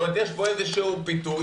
זאת אומרת, יש פה איזשהו פיתוי